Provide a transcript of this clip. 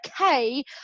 okay